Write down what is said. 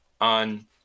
on